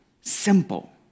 simple